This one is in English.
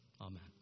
Amen